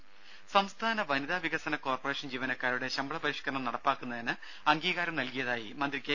ദേദ സംസ്ഥാന വനിതാ വികസന കോർപറേഷൻ ജീവനക്കാരുടെ ശമ്പള പരിഷ്ക്കരണം നടപ്പിലാക്കുന്നതിന് അംഗീകാരം നൽകിയതായി മന്ത്രി കെ